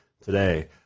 today